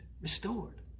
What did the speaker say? restored